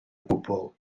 gwbl